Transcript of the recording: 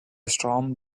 storm